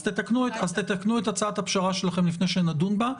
אז תתקנו את הצעת הפשרה שלכם לפני שנדון בה.